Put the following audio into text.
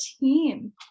team